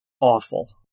awful